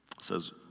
says